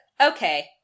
okay